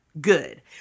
good